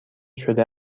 شده